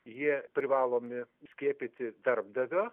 jie privalomi skiepyti darbdavio